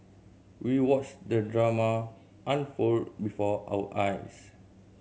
we watched the drama unfold before our eyes